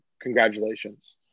Congratulations